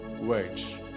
words